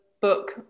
book